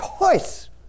choice